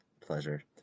Pleasure